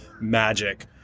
magic